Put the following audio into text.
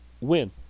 win